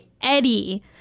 Eddie